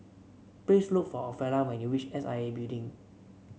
please look for Ophelia when you reach S I A Building